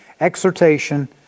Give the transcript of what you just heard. exhortation